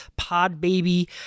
PODBABY